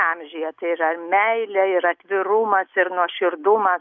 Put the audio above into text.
amžiuje tai yra meilė ir atvirumas ir nuoširdumas